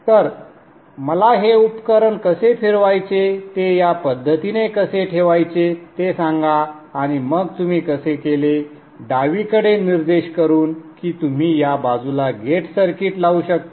तर मला हे उपकरण कसे फिरवायचे ते या पद्धतीने कसे ठेवायचे ते सांगा आणि मग तुम्ही कसे केले डावीकडे निर्देश करून की तुम्ही या बाजूला गेट सर्किट लावू शकता